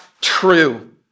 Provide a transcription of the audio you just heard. true